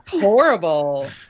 horrible